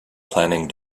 planning